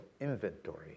inventory